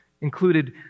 included